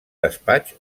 despatx